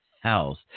house